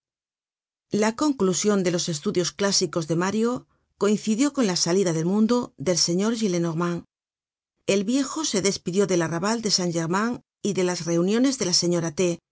la conclusion de los estudios clásicos de mario coincidió con la salida del mundo del señor gillenormand el viejo se despidió del arrabal de sart german y de las reuniones de la señora t